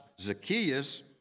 Zacchaeus